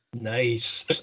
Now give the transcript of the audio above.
nice